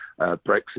Brexit